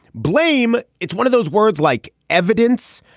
blame. it's one of those words like evidence.